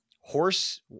Horse